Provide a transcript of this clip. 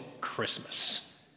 Christmas